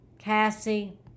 Cassie